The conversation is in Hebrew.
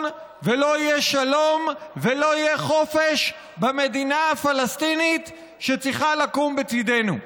ולא יהיה שלום ולא יהיה חופש במדינה הפלסטינית שצריכה לקום לצידנו.